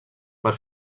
per